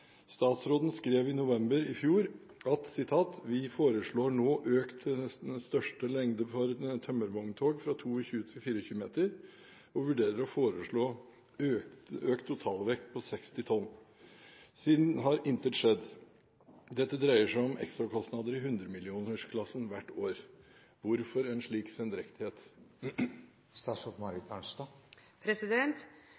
Statsråden skrev i november i fjor at vi foreslår nå økt største lengde for tømmervogntog fra 22 til 24 meter og vurderer å foreslå økt totalvekt til 60 tonn. Siden har intet skjedd. Dette dreier seg om ekstrakostnader i hundremillionersklassen hvert år. Hvorfor en slik sendrektighet?»